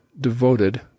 devoted